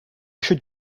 should